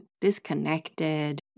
disconnected